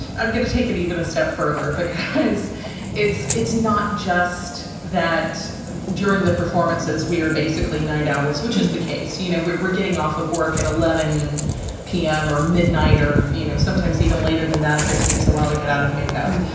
i'm going to take it even a step further, because it's it's not just that during the performances, we are basically night owls, which is the case. you know, we're getting off of work at eleven zero p m. or midnight or you or sometimes even later than that if it takes a while to get out of makeup,